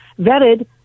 vetted